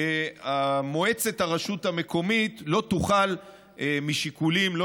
מועצת הרשות המקומית לא תוכל משיקולים לא